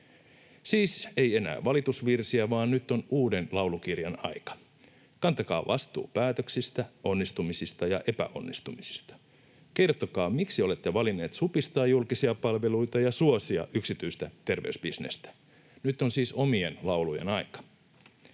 Siis ei enää valitusvirsiä, vaan nyt on uuden laulukirjan aika. Kantakaa vastuu päätöksistä, onnistumisista ja epäonnistumisista. Kertokaa, miksi olette valinneet supistaa julkisia palveluita ja suosia yksityistä terveysbisnestä. Nyt on siis omien laulujen aika.